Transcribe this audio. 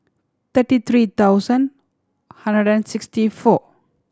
thirty three thousand hundred and sixty four